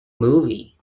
movie